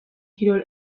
kirol